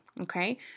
okay